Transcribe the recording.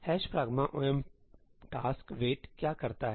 ' pragma omp task wait' क्या करता है